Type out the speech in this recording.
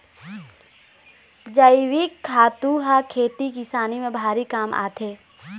जइविक खातू ह खेती किसानी म भारी काम आथे